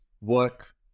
work